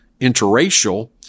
interracial